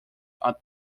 are